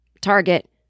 Target